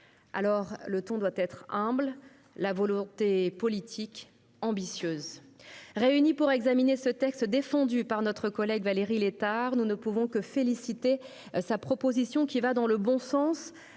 Alors, le ton doit être humble, et la volonté politique ambitieuse ! Réunis pour examiner ce texte défendu par notre collègue Valérie Létard, nous ne pouvons que la féliciter pour sa proposition, qui va dans le bon sens